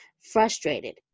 frustrated